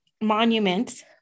monuments